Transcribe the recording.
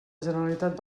generalitat